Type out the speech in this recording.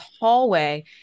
hallway